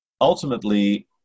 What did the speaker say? ultimately